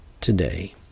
today